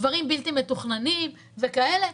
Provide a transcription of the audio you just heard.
דברים בלתי מתוכננים וכאלה,